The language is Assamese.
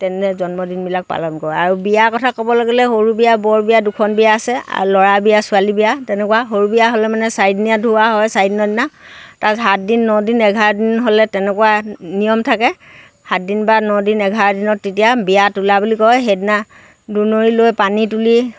তেনেদৰে জন্মদিনবিলাক পালন কৰোঁ আৰু বিয়াৰ কথা ক'বলৈ গ'লে সৰু বিয়া বৰ বিয়া দুখন বিয়া আছে আৰু ল'ৰা বিয়া ছোৱালী বিয়া তেনেকুৱা সৰু বিয়া হ'লে মানে চাৰিদিনীয়া ধুওৱা হয় চাৰি দিনৰ দিনা তাৰ পিছত সাত দিন ন দিন এঘাৰ দিন তেনেকুৱা নিয়ম থাকে সাত দিন বা ন দিন এঘাৰ দিনত তেতিয়া বিয়া তোলা বুলি কয় সেইদিনা দুণৰি লৈ পানী তুলি